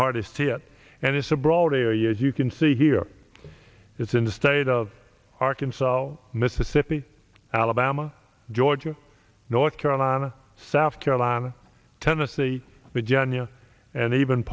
hardest hit and it's a broad area as you can see here it's in the state of arkansas mississippi alabama georgia north carolina south carolina tennessee but janja and even